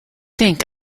think